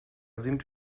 sind